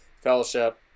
Fellowship